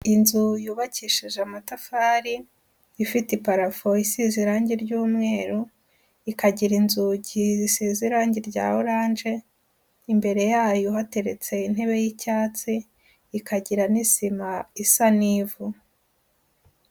Inzu yubakishije amatafari, ifite iparafo isize irangi ry'umweru, ikagira inzugi zisize irangi rya oranje, imbere yayo hateretse intebe y'icyatsi, ikagira n'isima isa n'ivu.